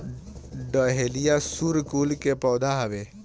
dahlia सूर्यकुल के पौधा हवे